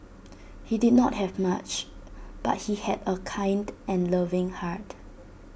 he did not have much but he had A kind and loving heart